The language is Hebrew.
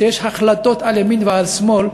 שיש החלטות על ימין ועל שמאל,